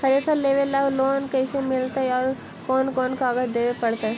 Thresher लेबे ल loan कैसे मिलतइ और कोन कोन कागज देबे पड़तै?